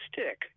stick